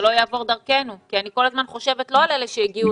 לא יעבור דרכנו כי אני כל הזמן חושבת לא על אלה שהגיעו